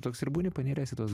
toks ir būni paniręs į tuos